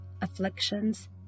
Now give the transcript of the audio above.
afflictions